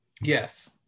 Yes